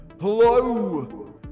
HELLO